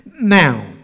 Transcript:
Now